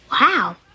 Wow